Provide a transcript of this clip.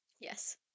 Yes